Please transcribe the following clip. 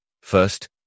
First